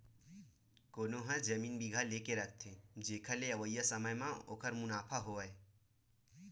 कोनो ह जमीन जघा लेके रख देथे, जेखर ले अवइया समे म ओखर मुनाफा होवय